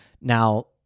Now